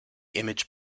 image